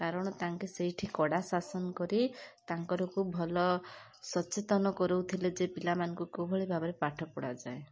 କାରଣ ତାଙ୍କେ ସେଇଠି କଡ଼ା ଶାସନ କରି ତାଙ୍କରକୁ ଭଲ ସଚେତନ କରାଉଥିଲେ ଯେ ପିଲାମାନଙ୍କୁ କେଉଁଭଳି ଭାବରେ ପାଠ ପଢ଼ାଯାଏ